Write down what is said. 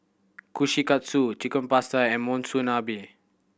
Kushikatsu Chicken Pasta and Monsunabe